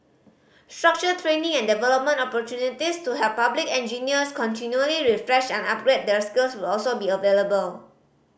structured training and development opportunities to help public engineers continually refresh and upgrade their skills will also be available